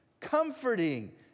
comforting